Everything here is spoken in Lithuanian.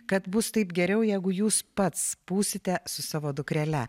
kad bus taip geriau jeigu jūs pats būsite su savo dukrele